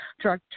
drug